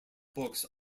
books